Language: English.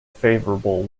favourable